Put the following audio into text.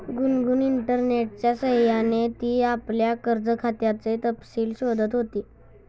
गुनगुन इंटरनेटच्या सह्याने ती आपल्या कर्ज खात्याचे तपशील शोधत होती